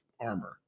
armor